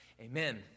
amen